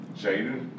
Jaden